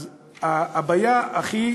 אז הבעיה הכי